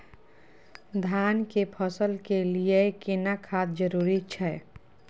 धान के फसल के लिये केना खाद जरूरी छै?